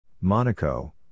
Monaco